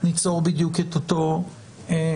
ניצור בדיוק את אותו המבנה.